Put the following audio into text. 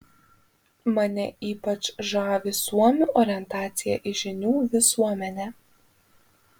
mane ypač žavi suomių orientacija į žinių visuomenę